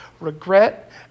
regret